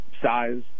size